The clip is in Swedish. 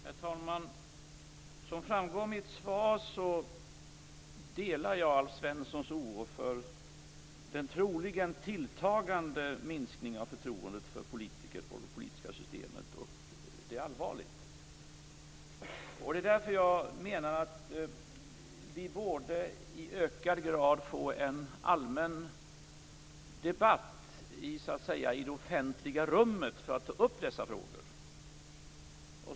Herr talman! Som framgår av mitt svar, delar jag Alf Svenssons oro för den troligen tilltagande minskningen av förtroendet för politiker och det politiska systemet. Det är allvarligt. Det är därför jag menar att vi i ökad grad borde få en allmän debatt i det offentliga rummet för att ta upp dessa frågor.